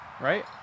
right